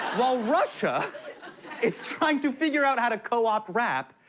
while russia is trying to figure out how to co-opt rap,